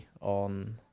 on